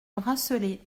bracelets